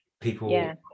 people